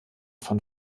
von